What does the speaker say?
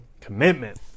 commitment